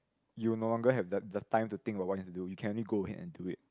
you will no longer have the the time to think about what you want to do you can only go ahead and do it